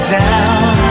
down